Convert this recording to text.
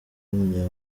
w’umunya